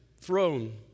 throne